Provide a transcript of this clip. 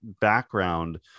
background